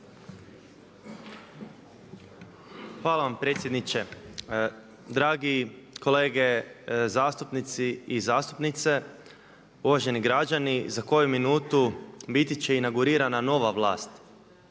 Hvala vam predsjedniče. Dragi kolege zastupnici i zastupnice, uvaženi građani. Za koju minutu biti će inaugurirana nova vlast.